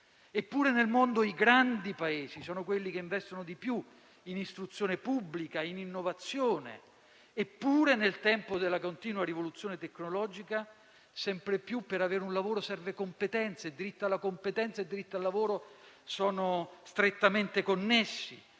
Eppure nel mondo i grandi Paesi sono quelli che investono in misura maggiore in istruzione pubblica e in innovazione. Eppure, nel tempo della continua rivoluzione tecnologica, sempre più per avere un lavoro serve competenza; il diritto alla competenza e il diritto al lavoro sono strettamente connessi.